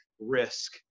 risk